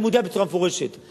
אני מודיע בצורה מפורשת,